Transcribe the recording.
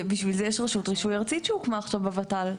בשביל זה יש רשות רישוי ארצית שהוקמה עכשיו בוות"ל.